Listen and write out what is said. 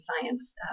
science